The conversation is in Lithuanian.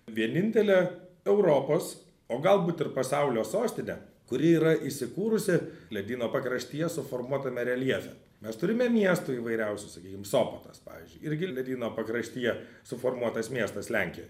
vienintelė europos o galbūt ir pasaulio sostinė kuri yra įsikūrusi ledyno pakraštyje suformuotame reljefe mes turime miestų įvairiausių sakykim sopotas pavyzdžiui irgi ledyno pakraštyje suformuotas miestas lenkijoj